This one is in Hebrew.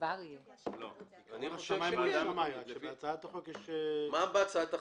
מה כתוב בהצעת החוק?